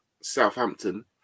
Southampton